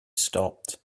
stopped